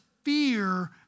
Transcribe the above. fear